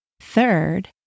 Third